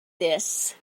this